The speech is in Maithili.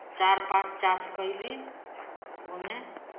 चारि पाँच चास कयली ओहिमे